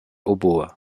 oboe